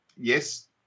yes